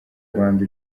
rwanda